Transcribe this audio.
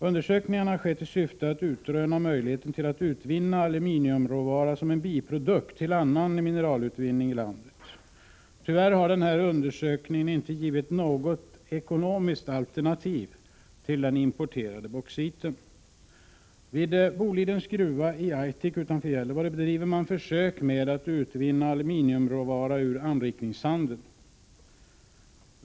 Undersökningar har skett i syfte att utröna möjligheten till att utvinna aluminiumråvara som biprodukt till annan mineralutvinning inom landet. Tyvärr har dessa undersökningar inte givit något ekonomiskt alternativ till den importerade bauxiten. Vid Bolidens gruva i Aitik utanför Gällivare bedriver man dock försök med att utvinna aluminiumråvara ur anrikningssanden.